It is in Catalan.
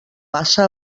passa